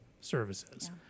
services